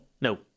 No